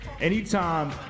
anytime